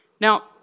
Now